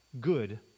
good